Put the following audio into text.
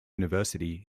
university